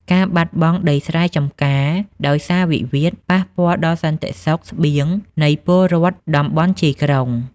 ការបាត់បង់ដីស្រែចម្ការដោយសារវិវាទ ប៉ះពាល់ដល់សន្តិសុខស្បៀងនៃពលរដ្ឋតំបន់ជាយក្រុង។